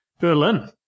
Berlin